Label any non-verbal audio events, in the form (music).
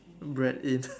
bread in (laughs)